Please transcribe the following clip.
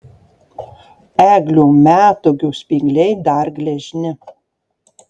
eglių metūgių spygliai dar gležni